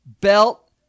Belt